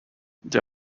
they